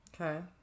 Okay